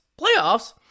Playoffs